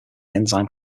enzyme